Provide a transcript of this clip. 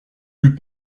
plus